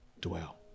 dwell